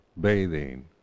bathing